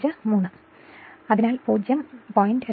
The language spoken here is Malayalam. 153 അതിനാൽ 0